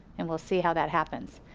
and we'll see how that happens.